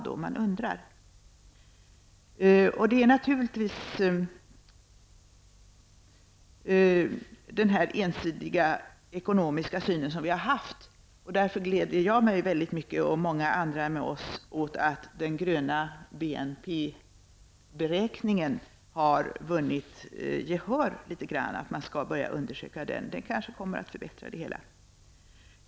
Det beror naturligtvis på den ensidiga ekonomiska syn som vi har haft. Därför gläder jag mig mycket -- och många andra med mig -- åt att den gröna BNP-beräkningen har vunnit gehör i viss mån, att man skall börja undersöka den. Det kommer kanske att förbättra situationen.